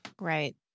right